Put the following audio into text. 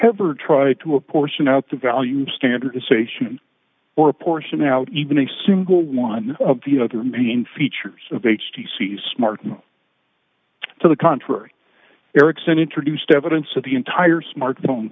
ever try to apportion out the value standardization or apportion out even a single one of the other main features of h d c's smart to the contrary erickson introduced evidence of the entire smartphone